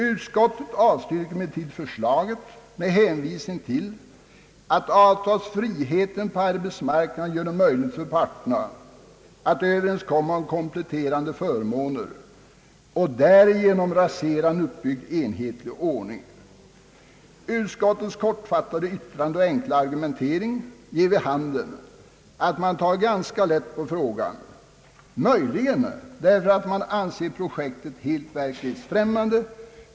Utskottet avstyrker emellertid förslaget med hänvisning till att avtalsfriheten på arbetsmarknaden gör det möjligt för parterna att överenskomma om kompletterande förmåner och därigenom rasera en uppbyggd enhetlig ordning. Utskottets kortfattade yttrande och enkla argumentering ger vid handen att man tagit ganska lätt på frågan, möjligen därför att man anser projektet helt verklighetsfrämmande.